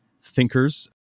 thinkers